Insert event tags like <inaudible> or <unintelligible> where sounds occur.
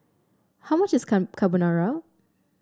how much is <unintelligible> Carbonara